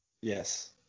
Yes